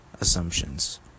assumptions